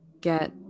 get